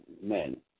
men